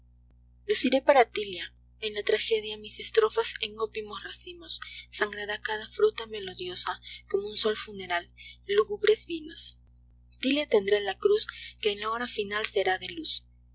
luciré para tilia en la tragedia mis estrofas en opimos racimos sangrará cada fruta melodiosa como un sol funeral lúgubres vinos tilia tendrá la cruz que en la hora final será de luz